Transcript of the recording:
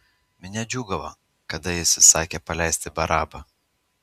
minia džiūgavo kada jis įsakė paleisti barabą